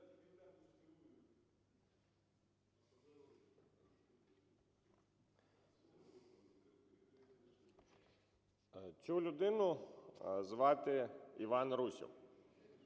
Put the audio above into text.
Цю людину звати Іван Русєв,